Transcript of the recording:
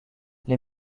les